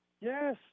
Yes